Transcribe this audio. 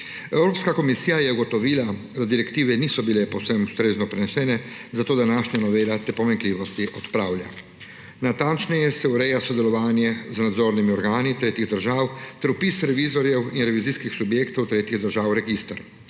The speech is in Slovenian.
Evropska komisija je ugotovila, da direktive niso bile ustrezno prenesene, zato današnja novela te pomanjkljivosti odpravlja. Natančneje se ureja sodelovanje z nadzornimi organi tretjih držav ter vpis revizorjev in revizijskih subjektov tretjih držav v register.